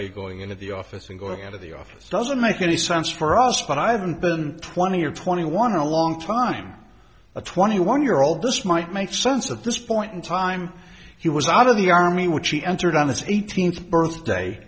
i going into the office and going to the office doesn't make any sense for us but i haven't been twenty or twenty one a long time a twenty one year old this might make sense at this point in time he was out of the army which he entered on the eighteenth birthday